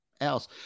else